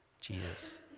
Jesus